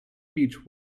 beech